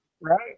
Right